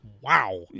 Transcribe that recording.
Wow